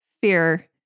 fear